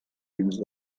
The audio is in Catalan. dins